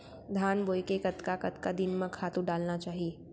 धान बोए के कतका कतका दिन म खातू डालना चाही?